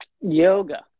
Yoga